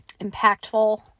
impactful